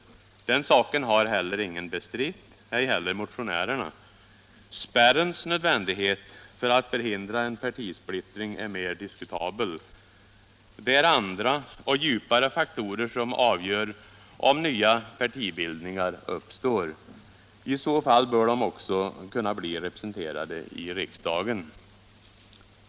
Den saken har ingen bestritt, ej heller motionärerna. Spärrens nödvändighet för att förhindra en partisplittring är mera diskutabel. Det är andra och djupare faktorer som avgör om nya partibildningar uppstår. I så fall bör de också kunna bli representerade i riksdagen.